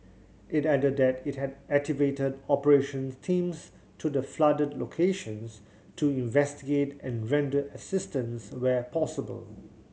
it added that it had activated operation teams to the flooded locations to investigate and render assistance where possible